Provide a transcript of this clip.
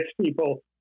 people